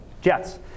jets